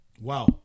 Wow